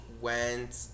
went